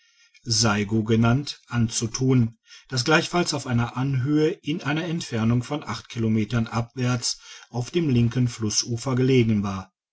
dorfe saigo genannt anzutun das gleichfalls auf einer anhöhe in einer entfernung von acht kilometern abwärts auf dem linken flussufer gelegen war